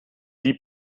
die